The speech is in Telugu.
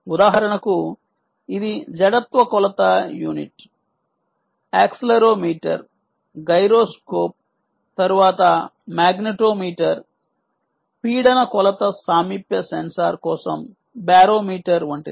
ఉదాహరణకు ఇది జడత్వ కొలత యూనిట్ యాక్సిలెరోమీటర్ గైరోస్కోప్ తరువాత మాగ్నెటోమీటర్ పీడన కొలత సామీప్య సెన్సార్ కోసం బేరోమీటర్ వంటిది